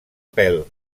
pèl